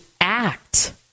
act